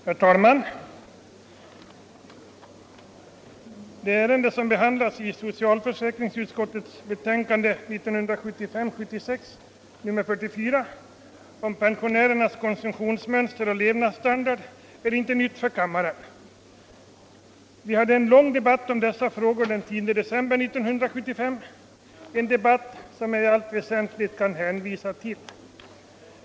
Herr talman! Det ärende som behandlas i socialförsäkringsutskottets förevarande betänkande nr 44 om pensionärernas konsumtionsmönster och levnadsstandard är inte nytt för kammaren. Vi hade en lång debatt om dessa frågor den 10 december 1975, en debatt som jag här i allt väsentligt kan hänvisa till.